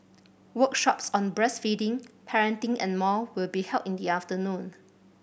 workshops on breastfeeding parenting and more will be held in the afternoon